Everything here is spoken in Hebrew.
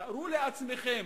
תארו לעצמכם,